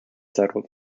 settled